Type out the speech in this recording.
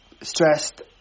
stressed